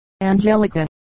Angelica